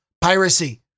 piracy